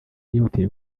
yihutiye